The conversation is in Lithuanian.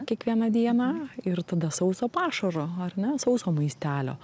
kiekvieną dieną ir tada sauso pašaro ar ne sauso maistelio